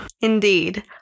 Indeed